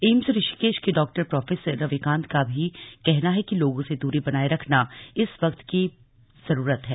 AIIMS Rishikesh के doctor professor Ravikant का भी कहना है कि लोगों से दूरी बनाये रखना इस वक्त की जरूरत है